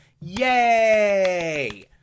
Yay